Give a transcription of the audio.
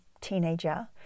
teenager